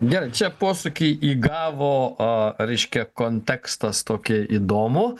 gerai čia posūkį įgavo a reiškia kontekstas tokį įdomų